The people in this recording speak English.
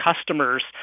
customers